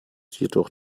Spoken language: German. jedoch